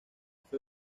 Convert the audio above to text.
fue